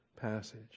passage